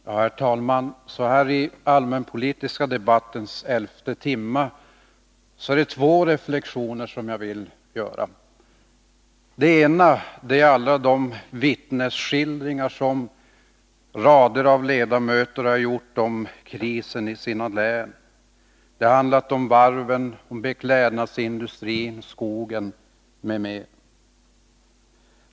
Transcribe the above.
Herr talman! Så här i allmänpolitiska debattens elfte timme vill jag göra två reflexioner. Det ena gäller att rader av ledamöter har gjort vittnesskildringar om krisen i sina län. Det har handlat om varven, beklädnadsindustrin, skogen, m.m.